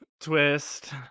twist